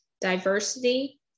diversity